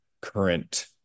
current